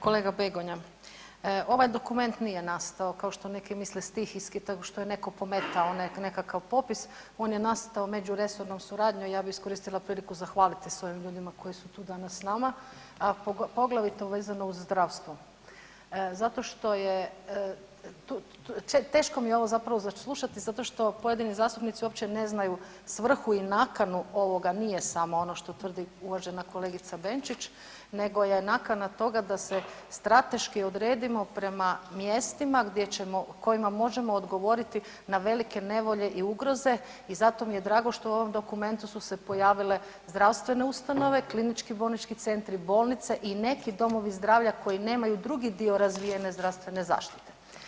Kolega Begonja, ovaj dokument nije nastao kao što neki misle stihijski tako što je neko pometao nekakav popis, on je nastao međuresornom suradnjom i ja bi iskoristila priliku zahvalit se ovim ljudima koji su tu danas s nama, a poglavito vezano uz zdravstvo zato što je, teško mi je ovo zapravo za slušati zato što pojedini zastupnici uopće ne znaju svrhu i nakanu ovoga, nije samo ono što tvrdi uvažena kolegica Benčić, nego je nakana toga da se strateški odredimo prema mjestima gdje ćemo, kojima možemo odgovoriti na velike nevolje i ugroze i zato mi je drago što u ovom dokumentu su se pojavile zdravstvene ustanove, KBC-i, bolnice i neki domovi zdravlja koji nemaju drugi dio razvijene zdravstvene zaštite.